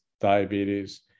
diabetes